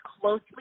closely